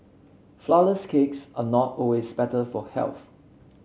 flourless cakes are not always better for health